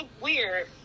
weird